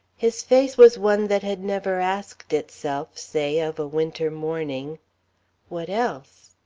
his face was one that had never asked itself, say, of a winter morning what else?